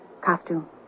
costume